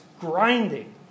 grinding